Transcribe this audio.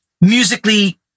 musically